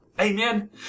Amen